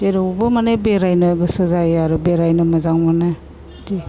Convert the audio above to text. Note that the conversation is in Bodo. जेरावबो माने बेरायनो गोसो जायो आरो बेरायनो मोजां मोनो बिदि